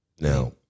now